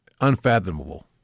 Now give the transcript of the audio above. unfathomable